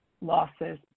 losses